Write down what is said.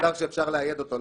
מוצר שמותר לאייד אותו?